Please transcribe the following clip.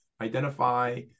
identify